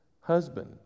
husband